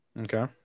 Okay